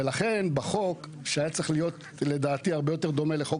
לכן לדעתי החוק היה צריך להיות הרבה יותר דומה לחוק